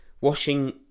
Washing